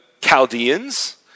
Chaldeans